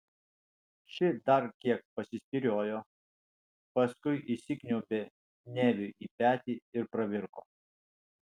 ši dar kiek pasispyriojo paskui įsikniaubė neviui į petį ir pravirko